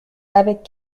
avec